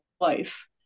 life